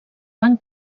van